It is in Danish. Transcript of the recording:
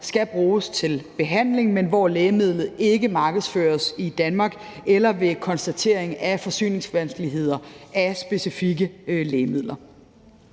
skal bruges til behandling, men hvor lægemidlet ikke markedsføres i Danmark, eller ved konstatering af forsyningsvanskeligheder af specifikke lægemidler.